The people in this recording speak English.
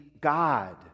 God